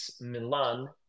Milan